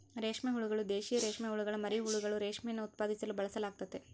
ರೇಷ್ಮೆ ಹುಳುಗಳು, ದೇಶೀಯ ರೇಷ್ಮೆಹುಳುಗುಳ ಮರಿಹುಳುಗಳು, ರೇಷ್ಮೆಯನ್ನು ಉತ್ಪಾದಿಸಲು ಬಳಸಲಾಗ್ತತೆ